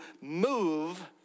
move